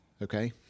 Okay